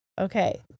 Okay